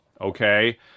Okay